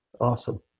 Awesome